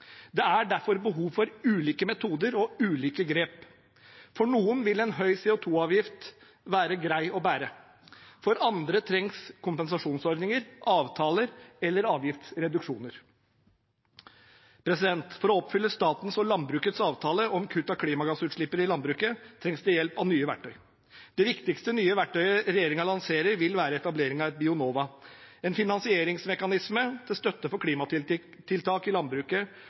Det er derfor behov for ulike metoder og ulike grep. For noen vil en høy CO 2 -avgift være grei å bære, for andre trengs kompensasjonsordninger, avtaler eller avgiftsreduksjoner. For å oppfylle statens og landbrukets avtale om kutt av klimagassutslipp i landbruket trengs det hjelp av nye verktøy. Det viktigste nye verktøyet regjeringen lanserer, er etablering av Bionova, en finansieringsmekanisme til støtte for klimatiltak i landbruket.